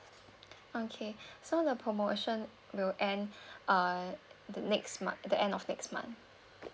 okay so the promotion will end uh next month the end of next month